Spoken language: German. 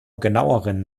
genaueren